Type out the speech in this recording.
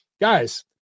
Guys